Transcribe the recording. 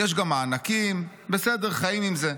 יש גם מענקים, בסדר, חיים עם זה.